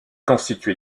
constituée